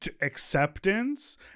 acceptance